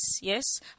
yes